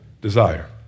desire